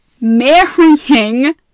marrying